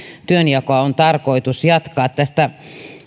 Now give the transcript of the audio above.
työnjakoa on tarkoitus jatkaa tästä